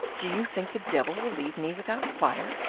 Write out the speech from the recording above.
do you think the devil will leave me without fire?